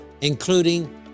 including